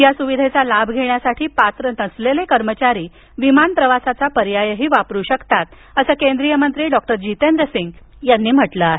या सुविधेचा लाभ घेण्यासाठी पात्र नसलेले कर्मचारीही विमान प्रवासाचा पर्यायही वापरू शकतात असं केंद्रीय मंत्री डॉक्टर जितेंद्र सिंग यांनी म्हटलं आहे